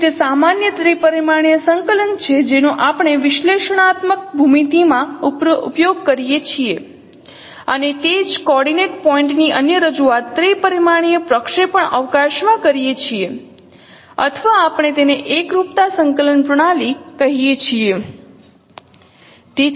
તેથી તે સામાન્ય ત્રિપરિમાણીય સંકલન છે જેનો આપણે વિશ્લેષણાત્મક ભૂમિતિ માં ઉપયોગ કરીએ છીએ અને તે જ કોઓર્ડિનેંટ પોઇન્ટ ની અન્ય રજૂઆત ત્રિપરિમાણીય પ્રક્ષેપણ અવકાશમાં કરીએ છીએ અથવા આપણે તેને એકરૂપતા સંકલન પ્રણાલી કહીએ છીએ